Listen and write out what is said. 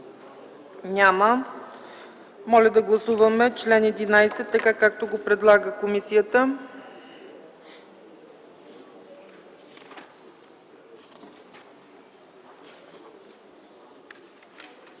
Няма. Моля да гласуваме чл. 11, така както го предлага комисията.